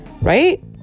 Right